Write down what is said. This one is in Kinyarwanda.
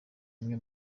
bumwe